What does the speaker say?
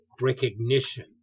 recognition